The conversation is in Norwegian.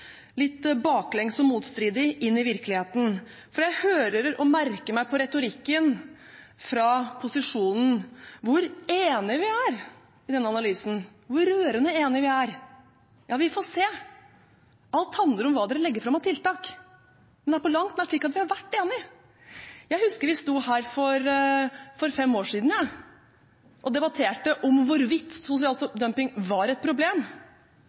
litt baklengs og motstridig, inn i virkeligheten. For jeg hører og merker på retorikken fra posisjonen hvor enige vi er i denne analysen, hvor rørende enige vi er. Ja, vi får se – alt handler om hva regjeringen legger fram av tiltak. Men det er ikke på langt nær slik at vi har vært enige. Jeg husker vi sto her for fem år siden og debatterte om hvorvidt sosial dumping var et problem.